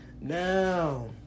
Now